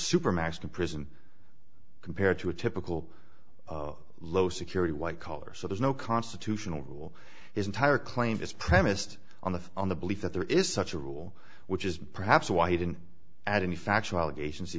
supermax prison compared to a typical low security white collar so there's no constitutional rule his entire claim is premised on the on the belief that there is such a rule which is perhaps why he didn't add any factual allegations he